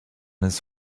his